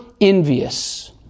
envious